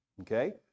Okay